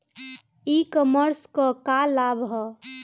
E commerce क का लाभ ह?